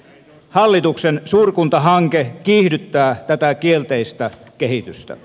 hallituksen suurkuntahanke kiihdyttää tätä kielteistä kehitystä